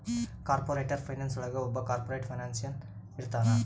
corporate finance ಒಳಗ ಒಬ್ಬ corporate financier ಇರ್ತಾನ